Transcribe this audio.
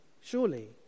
Surely